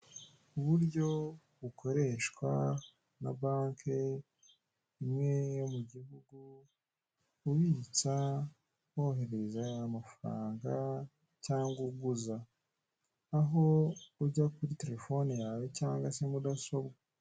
Uburyo bukoreshwa na banki imwe yo mu gihugu, ubitsa wohereza amafaranga cyangwa uguza, aho ujya kuri telefone yawe cyangwa se mudasobwa.